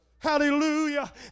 Hallelujah